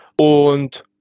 und